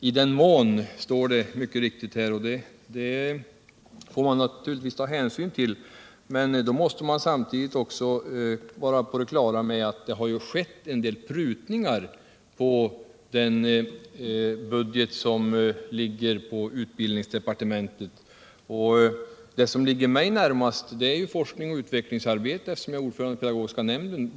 ”I den mån” , står det mycket riktigt, och det får man naturligtvis ta hänsyn till, men då måste man samtidigt vara på det klara med att det har skett en del prutningar på den budget som ligger på utbildningsdepartementet. Det som ligger mig närmast är forskning och utvecklingsarbete, eftersom jag är ordförande i pedagogiska nämnden.